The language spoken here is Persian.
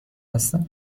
هستم